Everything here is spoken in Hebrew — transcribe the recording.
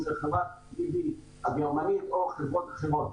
אם זו חברת BVG הגרמנית או חברות אחרות.